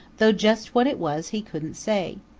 though just what it was he couldn't say.